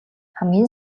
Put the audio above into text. хамгийн